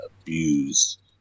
abused